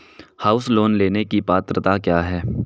House loan लेने की पात्रता क्या है?